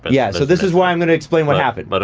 yeah, so this is why i'm gonna explain what happened. but